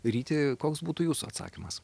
ryti koks būtų jūsų atsakymas